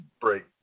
break